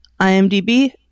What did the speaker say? IMDb